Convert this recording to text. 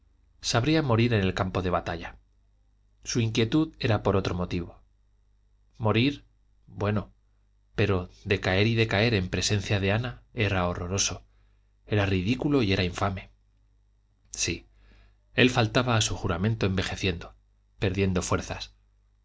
sabría morir en el campo de batalla su inquietud era por otro motivo morir bueno pero decaer y decaer en presencia de ana era horroroso era ridículo y era infame sí él faltaba a su juramento envejeciendo perdiendo fuerzas